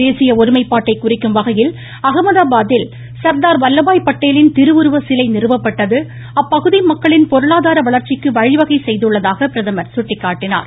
தேசிய ஒருமைப்பாட்டை குறிக்கும் வகையில் அஹமதாபாத்தில் சர்தார் வல்லபாய் பட்டேலின் திருவுருவச்சிலை நிறுவப்பட்டது அப்பகுதி மக்களின் பொருளாதார வளர்ச்சிக்கு வழிவகை செய்துள்ளதாக பிரதமர் சுட்டிக்காட்டினார்